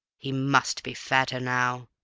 he must be fatter now.